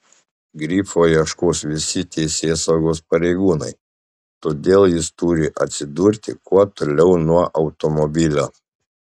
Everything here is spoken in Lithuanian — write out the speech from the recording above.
grifo ieškos visi teisėsaugos pareigūnai todėl jis turi atsidurti kuo toliau nuo automobilio